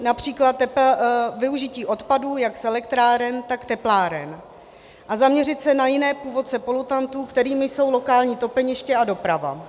Například tepelné využití odpadů jak z elektráren, tak tepláren a zaměřit se na jiné původce polutantů, kterými jsou lokální topeniště a doprava.